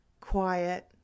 quiet